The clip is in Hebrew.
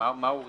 מהו רקע?